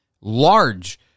large